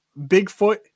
Bigfoot